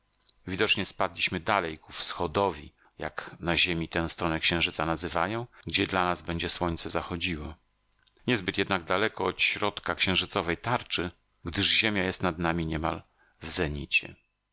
widocznie spadliśmy dalej ku wschodowi jak na ziemi tę stronę księżyca nazywają gdzie dla nas będzie słońce zachodziło niezbyt jednak daleko od środka księżycowej tarczy gdyż ziemia jest nad nami niemal w